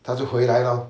他就回来 lor